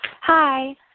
Hi